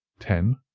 ten.